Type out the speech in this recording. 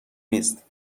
نیست